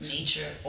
Nature